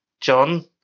John